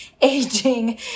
aging